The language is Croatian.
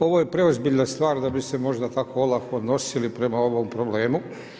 Ovo je preozbiljna stvar da bi se možda tako olako nosili prema ovom problemu.